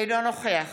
אינו נוכח